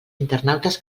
internautes